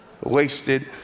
Wasted